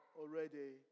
already